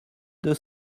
deux